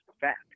fact